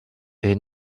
est